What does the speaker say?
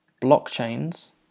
blockchains